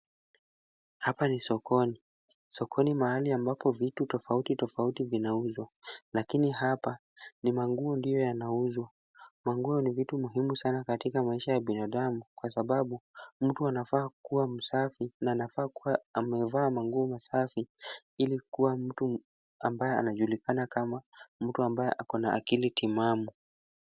Hapa ni sokoni. Sokoni mahali ambapo vitu tofauti tofauti vinauzwa, lakini hapa ni manguo ndiyo yanauzwa. Manguo ni vitu muhimu sana katika maisha ya binadamu, kwa sababu mtu anafaa kuwa msafi na anafaa kuwa amevaa manguo masafi ili kuwa mtu ambaye anajulikana kama mtu ambaye ako na akili timamu.